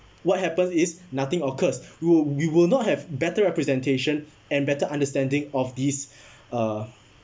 what happens is nothing occurs w~ we will not have better representation and better understanding of these uh